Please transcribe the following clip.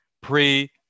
pre